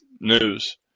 news